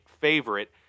favorite